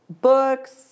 books